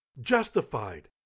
justified